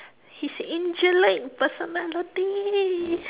his angelic personality